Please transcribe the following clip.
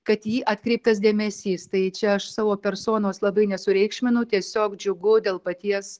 kad į jį atkreiptas dėmesys tai čia aš savo personos labai nesureikšminau tiesiog džiugu dėl paties